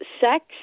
Sex